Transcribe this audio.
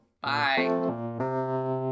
bye